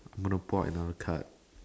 I'm gonna pour another card